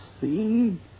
see